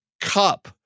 cup